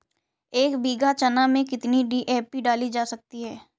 एक बीघा चना में कितनी डी.ए.पी डाली जा सकती है?